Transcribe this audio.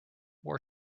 war